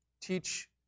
Teach